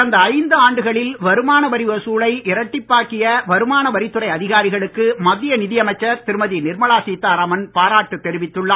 கடந்த ஐந்து ஆண்டுகளில் வருமான வரி வசூலை இரட்டிப்பாக்கிய வருமான வரித்துறை அதிகாரிகளுக்கு மத்திய நிதி அமைச்சர் திருமதி நிர்மலா சீதாராமன் பாராட்டு தெரிவித்துள்ளார்